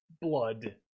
blood